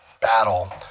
battle